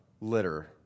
litter